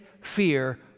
fear